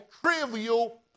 trivial